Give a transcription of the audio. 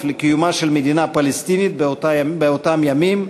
לקיומה של מדינה פלסטינית באותם ימים.